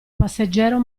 passeggero